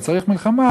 וצריך מלחמה,